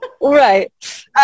Right